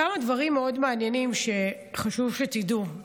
כמה דברים מאוד מעניינים שחשוב שתדעו: